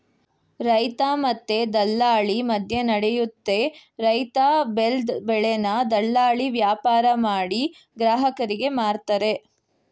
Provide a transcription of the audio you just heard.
ರೈತ ಮತ್ತೆ ದಲ್ಲಾಳಿ ಮದ್ಯನಡಿಯುತ್ತೆ ರೈತ ಬೆಲ್ದ್ ಬೆಳೆನ ದಲ್ಲಾಳಿ ವ್ಯಾಪಾರಮಾಡಿ ಗ್ರಾಹಕರಿಗೆ ಮಾರ್ತರೆ